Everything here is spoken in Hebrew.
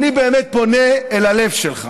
אני באמת פונה אל הלב שלך.